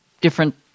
different